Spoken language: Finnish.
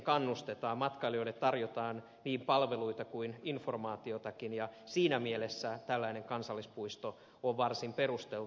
matkailijoille tarjotaan niin palveluita kuin informaatiotakin ja siinä mielessä tällainen kansallispuisto on varsin perusteltu